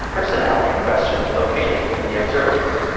personnel in question located in the observatory.